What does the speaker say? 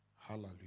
Hallelujah